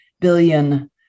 billion